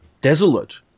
desolate